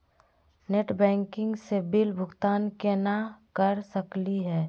Net banking स bill भुगतान केना कर सकली हे?